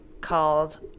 called